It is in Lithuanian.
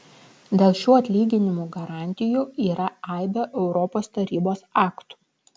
dėl šių atlyginimų garantijų yra aibė europos tarybos aktų